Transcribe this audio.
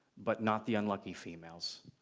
but not the unlucky females.